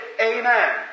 Amen